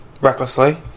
recklessly